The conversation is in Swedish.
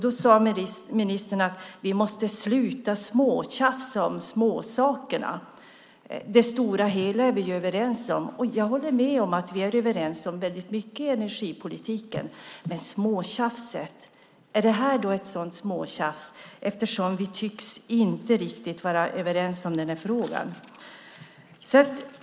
Då sade ministern: Vi måste sluta småtjafsa om småsakerna. Det stora hela är vi ju överens om. Jag håller med om att vi är överens om väldigt mycket i energipolitiken. Men är det här då ett sådant småtjafs? Vi tycks ju inte vara riktigt överens i den här frågan.